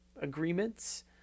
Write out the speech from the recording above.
agreements